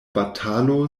batalo